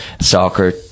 soccer